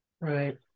Right